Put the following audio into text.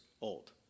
old